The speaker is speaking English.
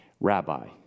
rabbi